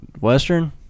Western